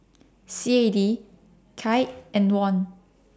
C A D Kyat and Won